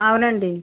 అవును అండి